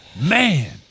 Man